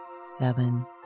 seven